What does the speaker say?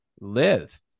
live